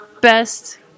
best